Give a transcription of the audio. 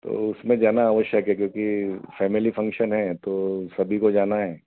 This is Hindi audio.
तो उसमें जाना आवश्यक है क्योंकि फैमली फ़ंक्शन है तो सभी को जाना है